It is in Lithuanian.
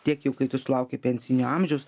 tiek jau kai tu sulauki pensijinio amžiaus